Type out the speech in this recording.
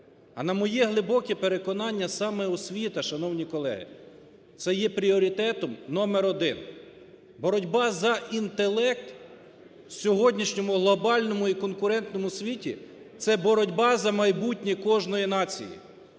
А на моє глибоке переконання, саме освіта, шановні колеги, це є пріоритетом номер один. Боротьба за інтелект в сьогоднішньому глобальному і конкурентному світі це боротьба за майбутнє кожної нації.